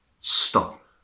stop